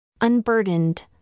unburdened